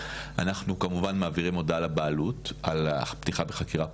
אנחנו כמובן מעבירים מודעה לבעלות על פתיחת חקירה פלילית.